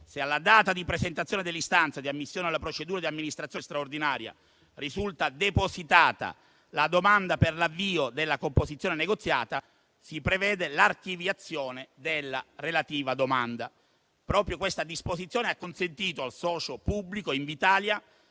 Se alla data di presentazione dell'istanza di ammissione alla procedura di amministrazione straordinaria risulta depositata la domanda per l'avvio della composizione negoziata, si prevede l'archiviazione della relativa domanda. Proprio questa disposizione ha consentito al socio pubblico, Invitalia,